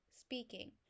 speaking